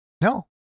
No